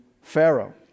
Pharaoh